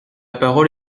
parole